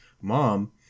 mom